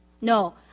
No